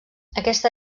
aquesta